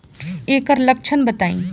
एकर लक्षण बताई?